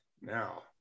Now